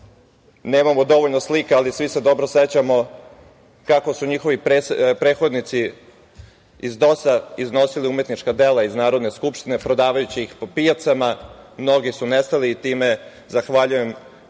nemamo dovoljno slika, ali svi se dobro sećamo kako su njihovi prethodnici iz DOS-a iznosili umetnička dela iz Narodne skupštine prodavajući ih po pijacama. Mnoga su nestala i time zahvaljujem